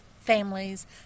families